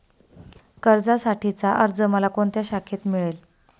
कर्जासाठीचा अर्ज मला कोणत्या शाखेत मिळेल?